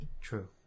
True